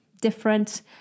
different